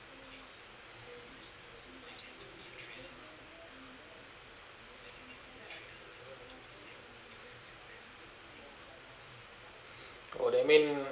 oh that mean